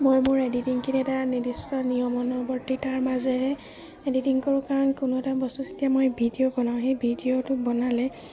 মই মোৰ এডিটিংখিনি এটা নিৰ্দিষ্ট নিয়ম অনুৱৰ্তীতাৰ মাজেৰে এডিটিং কৰোঁ কাৰণ কোনো এটা বস্তু যেতিয়া মই ভিডিঅ' বনাওঁ সেই ভিডিঅ'টো বনালে